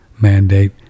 mandate